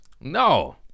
No